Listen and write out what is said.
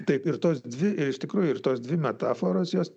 taip ir tos dvi iš tikrųjų ir tos dvi metaforos jos